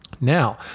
Now